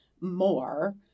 more